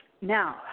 Now